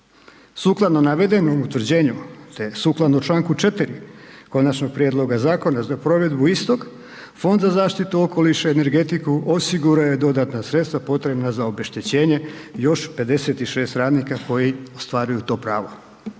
Sukladno navedenom utvrđenju te sukladno čl. 4 konačnog prijedloga zakona za provedbu istog, Fond za zaštitu okoliša i energetiku, osigurao je dodatna sredstva potrebna za obeštećenje još 56 radnika koji ostvaruju to pravo.